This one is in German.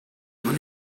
nun